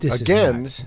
again